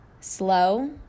slow